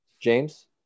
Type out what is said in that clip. james